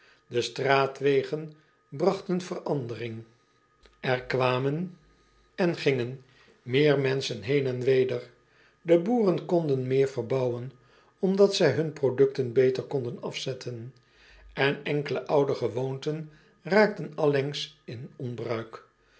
potlood eel en gingen meer menschen heen en weder e boeren konden meer verbouwen omdat zij hun producten beter konden afzetten en enkele oude gewoonten raakten allengs in onbruik